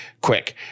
quick